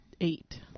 eight